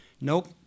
nope